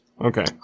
Okay